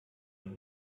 und